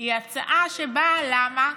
היא הצעה שבאה, למה?